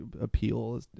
appeal